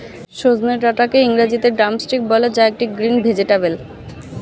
সজনে ডাটাকে ইংরেজিতে ড্রামস্টিক বলে যা একটি গ্রিন ভেজেটাবেল